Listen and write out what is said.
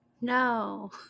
No